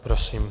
Prosím.